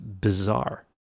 bizarre